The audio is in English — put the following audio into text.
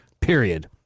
period